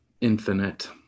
infinite